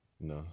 No